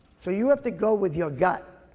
so you have to go with your gut,